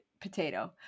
potato